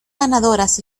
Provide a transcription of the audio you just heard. ganadoras